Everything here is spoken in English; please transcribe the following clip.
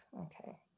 Okay